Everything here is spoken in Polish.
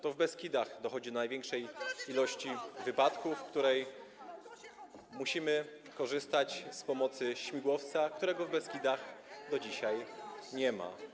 To w Beskidach dochodzi do największej ilości wypadków, w przypadku których musimy korzystać z pomocy śmigłowca, którego w Beskidach do dzisiaj nie ma.